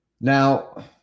Now